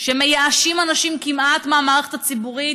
שמייאשים אנשים כמעט מהמערכת הציבורית,